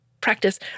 practice